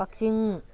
ꯀꯛꯆꯤꯡ